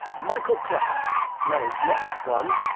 michael clarke. no, not that one.